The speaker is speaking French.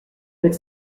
avec